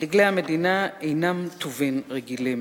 "דגלי המדינה אינם טובין רגילים.